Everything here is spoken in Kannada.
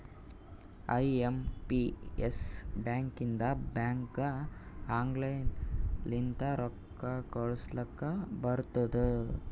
ಐ ಎಂ ಪಿ ಎಸ್ ಬ್ಯಾಕಿಂದ ಬ್ಯಾಂಕ್ಗ ಆನ್ಲೈನ್ ಲಿಂತ ರೊಕ್ಕಾ ಕಳೂಸ್ಲಕ್ ಬರ್ತುದ್